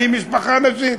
אני ממשפחה נשית.